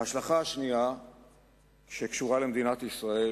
ההשלכה השנייה שקשורה למדינת ישראל